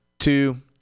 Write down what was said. two